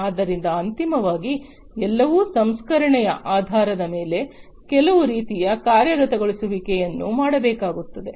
ಆದ್ದರಿಂದ ಅಂತಿಮವಾಗಿ ಇವೆಲ್ಲವೂ ಸಂಸ್ಕರಣೆಯ ಆಧಾರದ ಮೇಲೆ ಕೆಲವು ರೀತಿಯ ಕಾರ್ಯಗತಗೊಳಿಸುವಿಕೆಯನ್ನು ಮಾಡಬೇಕಾಗುತ್ತದೆ